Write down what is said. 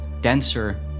denser